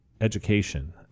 education